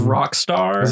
Rockstar